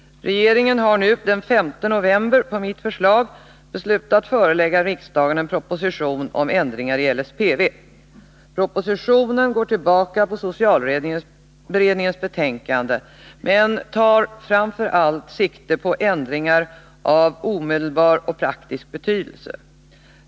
Regeringen har den 5 november på mitt förslag beslutat förelägga riksdagen en proposition om ändringar i LSPV. Propositionen går tillbaka på socialberedningens betänkande men tar framför allt sikte på ändringar av omedelbar praktisk betydelse.